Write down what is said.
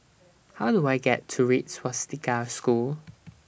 How Do I get to Red Swastika School